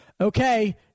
okay